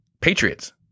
Patriots